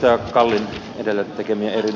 rakkaalle tytölle tekemiä